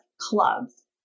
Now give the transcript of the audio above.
clubs